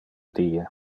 die